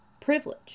privilege